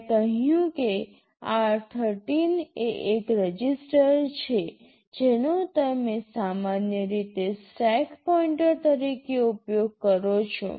મેં કહ્યું કે r13 એ એક રજિસ્ટર છે જેનો તમે સામાન્ય રીતે સ્ટેક પોઇન્ટર તરીકે ઉપયોગ કરો છો